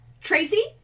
Tracy